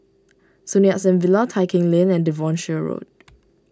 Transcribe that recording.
Sun Yat Sen Villa Tai Keng Lane and Devonshire Road